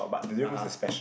(uh huh)